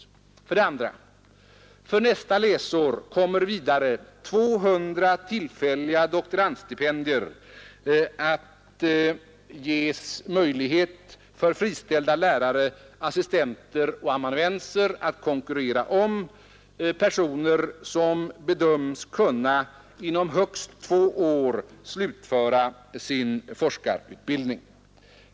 2. För nästa läsår kommer vidare friställda lärare, assistenter och amanuenser — personer som bedöms kunna inom högst två år slutföra sin forskarutbildning — att ges möjlighet att konkurrera om 200 tillfälliga doktorandstipendier.